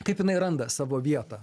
kaip jinai randa savo vietą